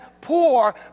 poor